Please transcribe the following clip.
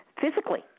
physically